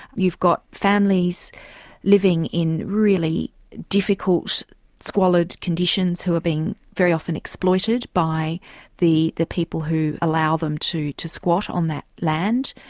you've got families living in really difficult squalid conditions who are being very often exploited by the the people who allow them to to squat on that land.